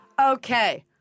Okay